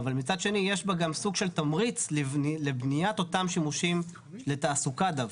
אבל מצד שני יש בה גם סוג של תמריץ לבניית אותם שימושים לתעסוקה דווקא,